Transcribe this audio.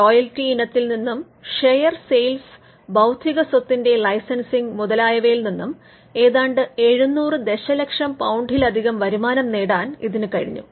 royalty ഇനത്തിൽ നിന്നും share sales ബൌദ്ധികസ്വത്തിന്റെ ലൈസൻസിങ് മുതലായവയിൽ നിന്നും ഏതാണ്ട് 700 ദശലക്ഷം പൌണ്ടിലധികം വരുമാനം നേടാൻ ഇതിന് കഴിഞ്ഞു